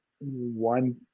One